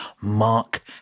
Mark